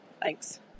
Thanks